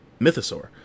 Mythosaur